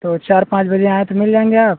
तो चार पाँच बजे आएँ तो मिल जाएँगे आप